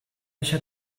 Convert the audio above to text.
deixa